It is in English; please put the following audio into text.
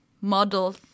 model